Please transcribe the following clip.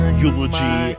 eulogy